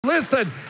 Listen